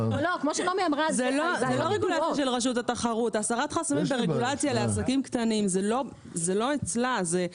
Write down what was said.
הסרת חסמים ורגולציה לעסקים קטנים זה לא אצלה.